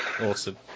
Awesome